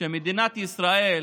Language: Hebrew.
שמדינת ישראל,